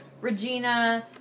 Regina